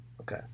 Okay